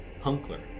Hunkler